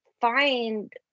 find